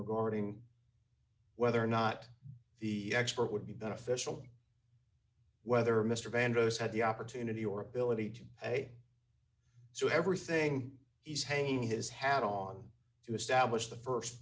regarding whether or not the expert would be beneficial whether mr bandos had the opportunity or ability to say so everything he's hanging his hat on to establish the